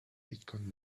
bitcoin